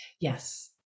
yes